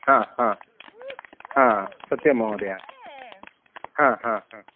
सत्यं महोदय